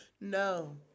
No